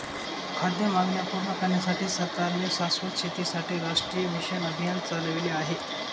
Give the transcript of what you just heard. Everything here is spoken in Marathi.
खाद्य मागण्या पूर्ण करण्यासाठी सरकारने शाश्वत शेतीसाठी राष्ट्रीय मिशन अभियान चालविले आहे